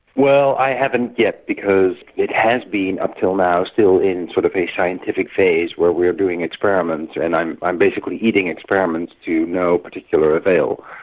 i haven't yet because it has been up until now still in sort of a scientific phase where we are doing experiments, and i'm i'm basically eating experiments to no particular avail.